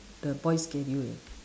the boys' schedule leh